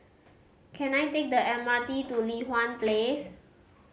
can I take the M R T to Li Hwan Place